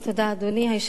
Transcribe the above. אדוני היושב-ראש,